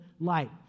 light